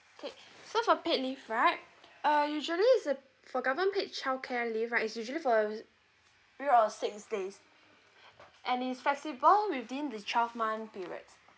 okay so for paid leave right uh usually is uh for government paid childcare leave right is usually for few or six days and is flexible within the twelve month period